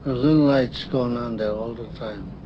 light's gone on there all the time